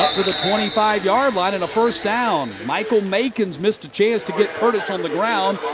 to the twenty five yard line. and a first down. michael makins missed a chance to get curtis on the ground.